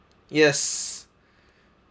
yes